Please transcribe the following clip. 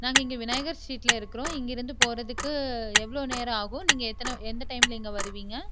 நாங்கள் இங்கே விநாயகர் ஸ்ட்ரீட்டில் இருக்கிறோம் இங்கேயிருந்து போகிறதுக்கு எவ்வளோ நேரம் ஆகும் நீங்க எத்தனை எந்த டைமில் இங்கே வருவீங்க